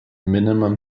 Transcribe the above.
minimum